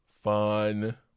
fun